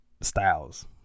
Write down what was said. Styles